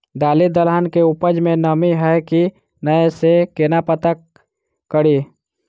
दालि दलहन केँ उपज मे नमी हय की नै सँ केना पत्ता कड़ी?